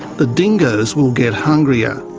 the dingoes will get hungrier.